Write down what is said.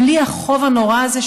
בלי החוב הנורא הזה,